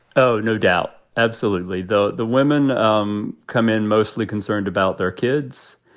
oh, no doubt. absolutely the the women um come in mostly concerned about their kids,